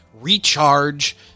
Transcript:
recharge